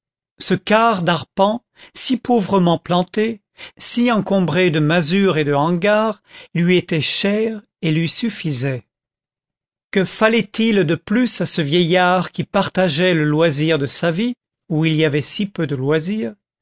ce quart d'arpent si pauvrement planté si encombré de masures et de hangars lui était cher et lui suffisait que fallait-il de plus à ce vieillard qui partageait le loisir de sa vie où il y avait si peu de loisir